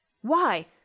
Why